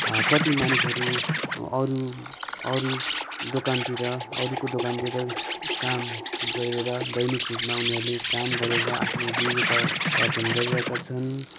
कति मानिसहरू अरू अरू दोकानतिर अरूको दोकानतिर काम गरेर दैनिक रूपमा उनीहरूले काम गरेर आफ्नो जीविकोपार्जन गरिरहेका छन्